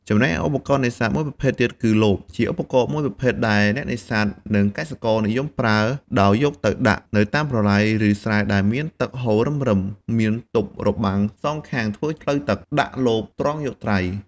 ចំណែកឯឧបករណ៍នេសាទមួយប្រភេទៀតគឺ លប ជាឧបករណ៍មួយប្រភេទ ដែលអ្នកនេសាទ និងកសិករនិយមប្រើ ដោយយកទៅដាក់នៅតាមប្រឡាយ ឬស្រែដែលមានទឹកហូររឹមៗ មានទប់របាំងសងខាងធ្វើផ្លូវទឹក ដាក់លបត្រងយកត្រី។